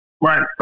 Right